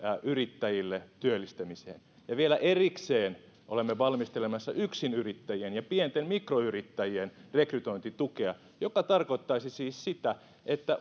yrittäjille työllistämiseen ja vielä erikseen olemme valmistelemassa yksinyrittäjien ja pienten mikroyrittäjien rekrytointitukea mikä tarkoittaisi siis sitä että